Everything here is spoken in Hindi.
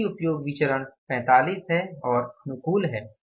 सामग्री उपयोग विचरण 45 है और अनुकूल है